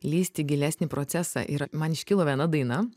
lįst į gilesnį procesą ir man iškilo viena daina